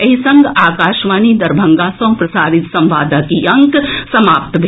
एहि संग आकाशवाणी दरभंगा सँ प्रसारित संवादक ई अंक समाप्त भेल